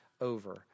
over